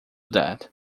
that